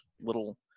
little